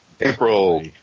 April